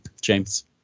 James